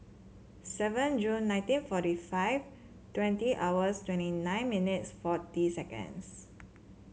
seven June nineteen forty five twenty hours twenty nine minutes forty seconds